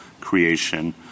creation